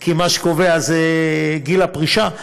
כי מה שקובע זה גיל הפרישה,